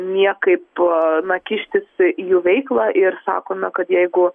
niekaip na kištis į jų veiklą ir sako na kad jeigu